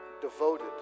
devoted